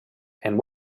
and